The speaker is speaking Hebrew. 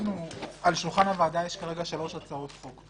על שולחן הוועדה יש כרגע שלוש הצעות חוק: